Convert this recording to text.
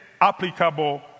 applicable